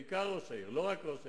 בעיקר ראש העיר, לא רק ראש העיר.